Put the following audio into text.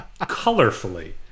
colorfully